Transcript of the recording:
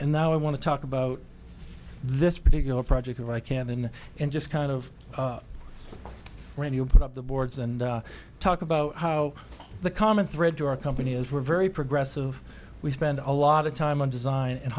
and now i want to talk about this particular project if i can and just kind of when you put up the boards and talk about how the common thread to our company is we're very progressive we spend a lot of time on design and